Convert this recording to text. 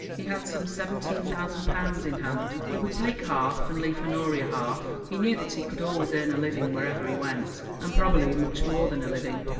he had some seventeen thousand pounds in hand he would take half and leave honoria half. he knew that he could always earn a living wherever he went, and probably much more than a living,